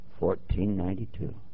1492